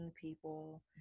people